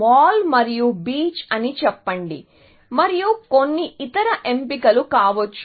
mall మరియు beach అని చెప్పండి మరియు కొన్ని ఇతర ఎంపికలు కావచ్చు